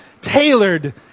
tailored